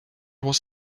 was